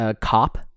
cop